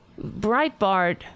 Breitbart